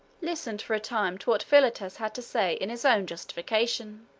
listened for a time to what philotas had to say in his own justification.